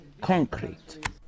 concrete